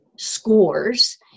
scores